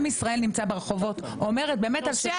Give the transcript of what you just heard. עם ישראל נמצא ברחובות --- תודה, שרון.